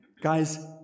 guys